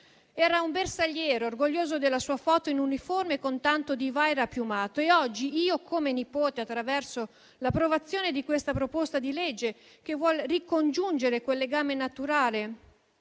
Era un bersagliere, orgoglioso della sua foto in uniforme con tanto di "vaira" piumata. Oggi, io come nipote, attraverso l'approvazione di questo disegno di legge che vuole ricongiungere quel legame naturale